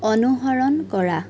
অনুসৰণ কৰা